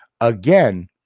Again